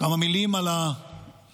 כמה מילים על התקציב.